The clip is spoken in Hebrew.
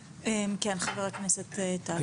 כן, חבר הכנסת אלון טל, בבקשה.